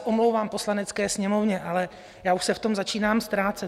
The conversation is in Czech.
Omlouvám se Poslanecké sněmovně, ale já už se v tom začínám ztrácet.